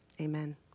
Amen